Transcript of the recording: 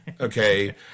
Okay